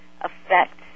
affect